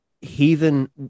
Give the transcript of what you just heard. heathen